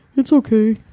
it's okay,